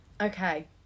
Okay